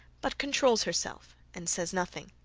but controls herself and says nothing.